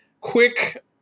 quick